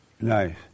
Nice